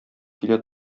килә